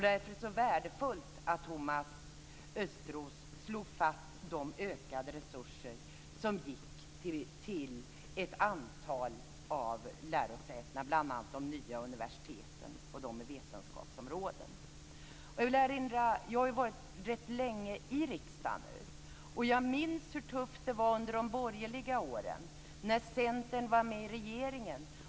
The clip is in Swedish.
Därför är det så värdefullt att Thomas Östros slog fast de ökade resurser som gick till ett antal lärosäten, bl.a. de nya universiteten och de med vetenskapsområden. Jag har ju varit rätt länge i riksdagen nu. Jag minns hur tufft det var under de borgerliga åren när Centern var med i regeringen.